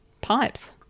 Pipes